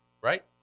right